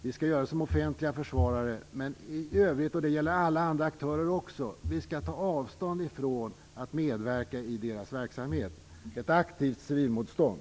Vi skall göra det som offentliga försvarare, men i övrigt skall vi ta avstånd från att medverka i deras verksamhet. Det gäller alla andra aktörer också. Det skall finnas ett aktivt civilmotstånd.